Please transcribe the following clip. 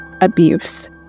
Abuse